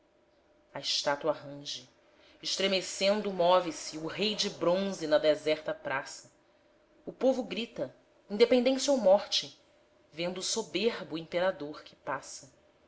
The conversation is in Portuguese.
a estátua range estremecendo move-se o rei de bronze na deserta praça o povo grita independência ou morte vendo soberbo o imperador que passa